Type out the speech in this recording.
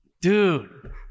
dude